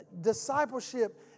discipleship